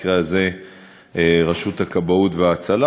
במקרה הזה רשות הכבאות וההצלה,